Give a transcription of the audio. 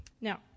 Now